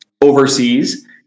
overseas